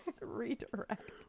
redirect